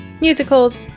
musicals